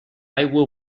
aigua